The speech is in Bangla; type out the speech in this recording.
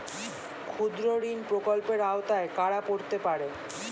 ক্ষুদ্রঋণ প্রকল্পের আওতায় কারা পড়তে পারে?